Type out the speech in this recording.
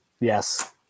Yes